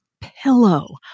pillow